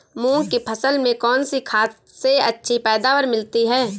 मूंग की फसल में कौनसी खाद से अच्छी पैदावार मिलती है?